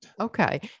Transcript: Okay